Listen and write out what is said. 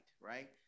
right